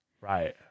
Right